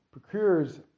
procures